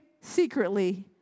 secretly